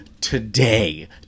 today